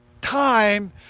time